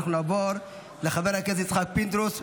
נעבור לחבר הכנסת יצחק פינדרוס.